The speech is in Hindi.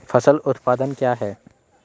फसल उत्पादन क्या है?